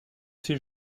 ses